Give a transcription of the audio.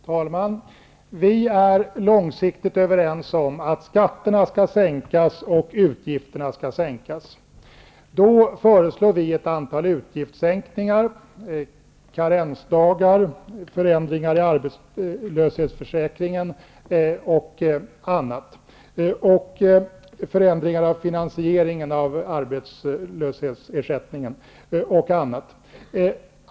Herr talman! Vi är långsiktigt överens om att skatterna skall sänkas och att utgifterna skall sänkas. Då föreslår vi för vår del ett antal utgiftssänkningar: införande av karensdagar, förändringar i arbetslöshetsförsäkringen, förändringar i finansieringen av arbetslöshetsersättningen m.m.